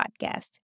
podcast